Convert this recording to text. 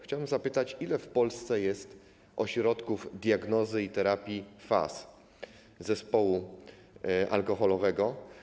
Chciałbym zapytać, ile w Polsce jest ośrodków diagnozy i terapii FAS, zespołu alkoholowego?